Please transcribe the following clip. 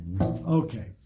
Okay